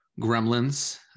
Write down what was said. gremlins